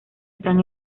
están